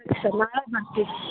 ಸರಿ ಸರ್ ನಾಳೆ ಬರ್ತೀವಿ